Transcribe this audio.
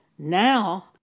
Now